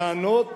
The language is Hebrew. להיענות